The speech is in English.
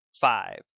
five